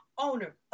owner